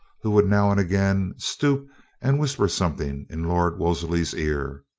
who would now and again stoop and whisper something in lord wolseley's ear.